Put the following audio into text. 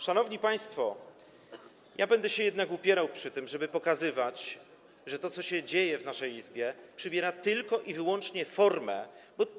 Szanowni państwo, będę się jednak upierał przy tym, żeby pokazywać, że to, co się dzieje w naszej Izbie, przybiera tylko i wyłącznie formę.